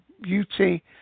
Beauty